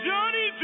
Johnny